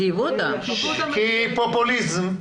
כי פופוליזם,